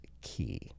key